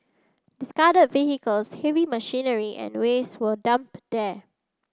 discarded vehicles heavy machinery and waste were dumped there